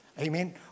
Amen